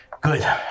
good